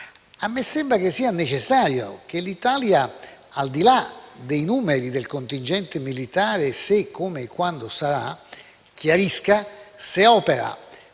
a me sembra che sia necessario che l'Italia, al di là dei numeri del contingente militare (se, come e quando sarà), chiarisca se opera